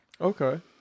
Okay